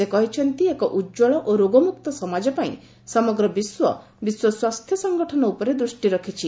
ସେ କହିଛନ୍ତି ଏକ ଉଜ୍ୱଳ ଓ ରୋଗମୁକ୍ତ ସମାଜ ପାଇଁ ସମଗ୍ର ବିଶ୍ୱ ବିଶ୍ୱ ସ୍ୱାସ୍ଥ୍ୟ ସଂଗଠନ ଉପରେ ଦୃଷ୍ଟି ରଖିଛି